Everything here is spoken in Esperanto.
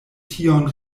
tion